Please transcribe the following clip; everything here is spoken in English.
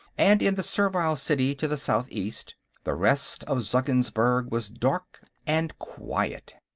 and in the servile city to the south-east the rest of zeggensburg was dark and quiet.